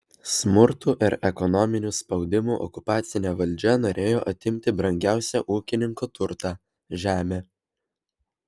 smurtu ir ekonominiu spaudimu okupacinė valdžia norėjo atimti brangiausią ūkininko turtą žemę